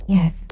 Yes